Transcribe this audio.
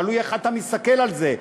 תלוי איך אתה מסתכל על זה,